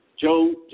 Joe